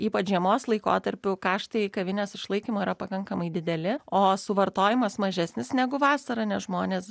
ypač žiemos laikotarpiu kaštai kavinės išlaikymui yra pakankamai dideli o suvartojimas mažesnis negu vasarą nes žmonės